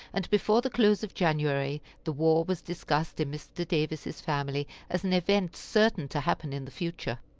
and before the close of january the war was discussed in mr. davis's family as an event certain to happen in the future.